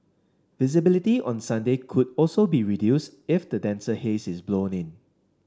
visibility on Sunday could also be reduced if the denser haze is blown in